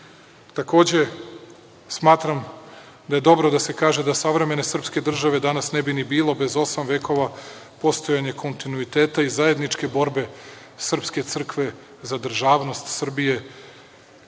smatram da je dobro da se kaže da savremene srpske države danas ne bi ni bilo bez osam vekova postojanja u kontinuiteta i zajedničke borbe Srpske crkve za državnost Srbije